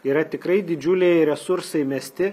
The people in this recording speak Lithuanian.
yra tikrai didžiuliai resursai mesti